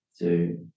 Two